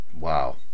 Wow